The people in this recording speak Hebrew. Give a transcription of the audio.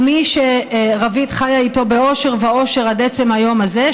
מי שרווית חיה איתו באושר ועושר עד עצם היום הזה,